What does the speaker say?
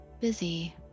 busy